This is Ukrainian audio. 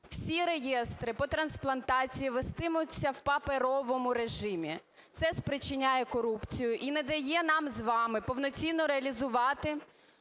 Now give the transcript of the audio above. всі реєстри по трансплантації вестимуться в паперовому режимі. Це спричиняє корупцію і не дає нам з вами повноцінно реалізувати